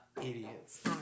Idiots